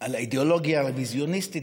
על האידיאולוגיה הרוויזיוניסטית.